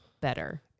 better